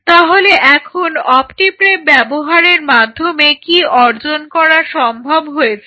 তাহলে এখন OptiPrep ব্যবহারের মাধ্যমে কি অর্জন করা সম্ভব হয়েছে